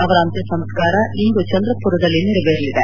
ಅವರ ಅಂತ್ಯ ಸಂಸ್ಕಾರ ಇಂದು ಚಂದ್ರಪುರದಲ್ಲಿ ನೆರವೇರಲಿದೆ